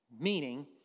Meaning